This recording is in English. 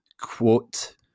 quote